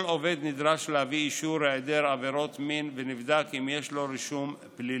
כל עובד נדרש להביא אישור היעדר עבירות מין ונבדק אם יש לו רישום פלילי.